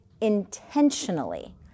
intentionally